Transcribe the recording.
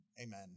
amen